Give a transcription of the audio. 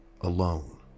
alone